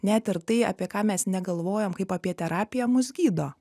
net ir tai apie ką mes negalvojam kaip apie terapiją mus gydo